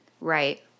Right